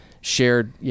shared